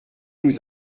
nous